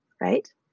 right